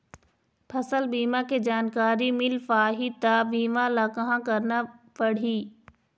फसल बीमा के जानकारी मिल पाही ता बीमा ला कहां करना पढ़ी?